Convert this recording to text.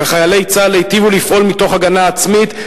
וחיילי צה"ל היטיבו לפעול מתוך הגנה עצמית.